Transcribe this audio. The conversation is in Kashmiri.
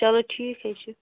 چلو ٹھیٖک حظ چھُ